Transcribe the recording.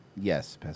Yes